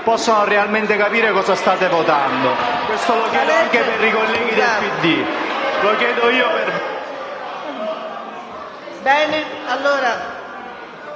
possano realmente capire cosa state votando e lo chiedo anche per i colleghi del PD.